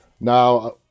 Now